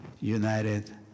United